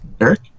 Eric